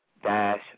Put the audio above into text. Dash